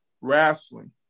wrestling